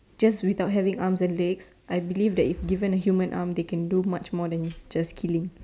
just without having arms and legs I believe that if given a human arm they can do much more than just killing